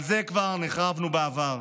על זה כבר נחרבנו בעבר.